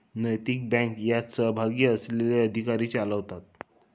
नैतिक बँक यात सहभागी असलेले अधिकारी चालवतात